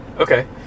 Okay